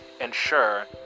ensure